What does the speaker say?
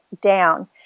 down